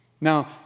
Now